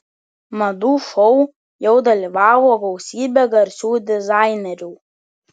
madų šou jau dalyvavo gausybė garsių dizainerių